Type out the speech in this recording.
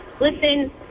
listen